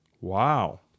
Wow